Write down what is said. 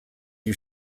you